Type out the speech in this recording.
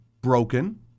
broken